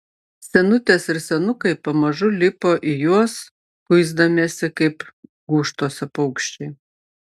senutės ir senukai pamažu lipo į juos kuisdamiesi kaip gūžtose paukščiai